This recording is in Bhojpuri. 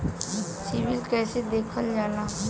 सिविल कैसे देखल जाला?